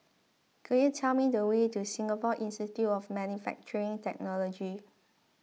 could you tell me the way to Singapore Institute of Manufacturing Technology